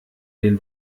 den